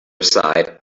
aside